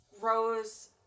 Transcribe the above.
rose